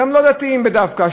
לא דתיים דווקא,